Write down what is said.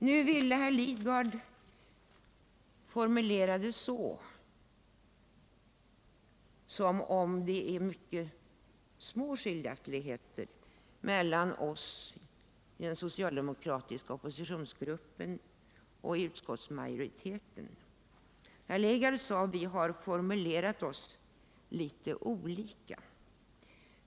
Nu ville herr Lidgard uttrycka sig som om det skulle vara mycket små skiljaktigheter mellan den socialdemokratiska oppositionsgruppen och utskottsmajoriteten. Herr Lidgard sade att vi har formulerat oss litet olika.